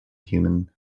human